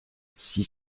six